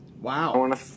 Wow